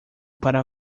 para